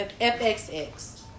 FXX